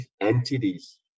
entities